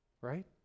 Right